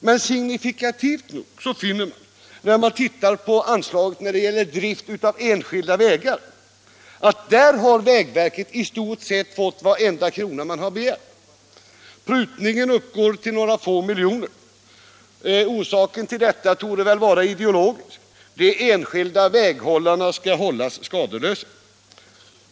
Men signifikativt nog finner man när det gäller anslaget för drift av enskilda vägar att vägverket där i stort sett har fått varenda krona som begärts. Prutningen uppgår till några få miljoner. Orsaken till detta torde vara ideologisk, de enskilda väghållarna skall hållas skadeslösa.